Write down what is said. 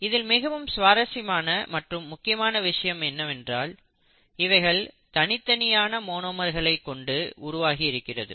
இதில் மிகவும் சுவாரசியமான மற்றும் முக்கியமான விஷயம் என்னவென்றால் இவைகள் தனித்தனியான மோனோமர்களை கொண்டு உருவாகி இருக்கிறது